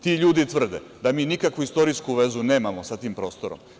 Ti ljudi tvrde da mi nikakvu istorijsku vezu nemamo sa tim prostorom.